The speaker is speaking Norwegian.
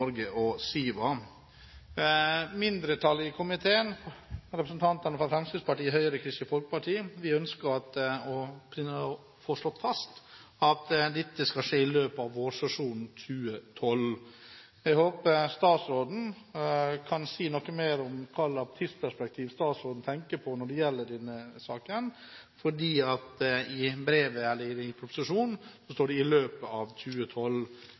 Norge og SIVA. Mindretallet i komiteen, representantene fra Fremskrittspartiet, Høyre og Kristelig Folkeparti, ønsker å få slått fast at dette skal skje i løpet av vårsesjonen 2012. Jeg håper statsråden kan si noe mer om hva slags tidsperspektiv han tenker på når det gjelder denne saken, for i proposisjonen står det «i 2012». Man trenger litt tid, og man trenger å få kommet i